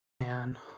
Man